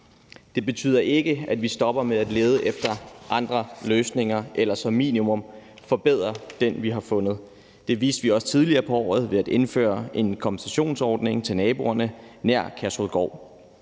Det betyder ikke, at vi stopper med at lede efter andre løsninger eller som minimum forbedre den, vi har fundet. Det viste vi også tidligere på året ved at indføre en kompensationsordning til naboerne nær Kærshovedgård.